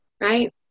right